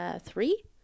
three